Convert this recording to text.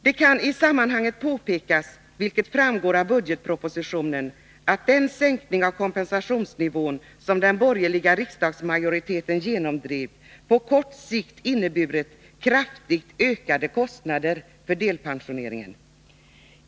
Det kan i sammanhanget påpekas, vilket framgår av budgetpropositionen, att den sänkning av kompensationsnivån som den borgerliga riksdagsmajoriteten genomdrev på kort sikt har inneburit kraftigt ökade kostnader för delpensioneringen.